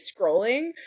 scrolling